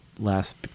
Last